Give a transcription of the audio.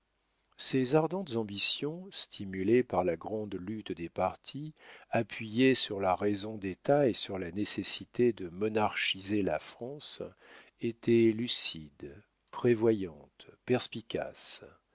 ces ardentes ambitions stimulées par la grande lutte des partis appuyées sur la raison d'état et sur la nécessité de monarchiser la france étaient lucides prévoyantes perspicaces